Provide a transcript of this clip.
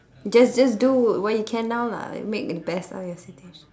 just just do what you can now lah make the best out of your situation